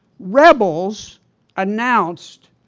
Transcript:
rebels announced